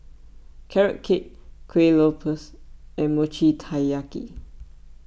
Carrot Cake Kueh Lopes and Mochi Taiyaki